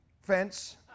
fence